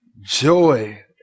Joy